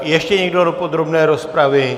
Ještě někdo do podrobné rozpravy?